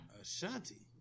Ashanti